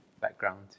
background